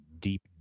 deep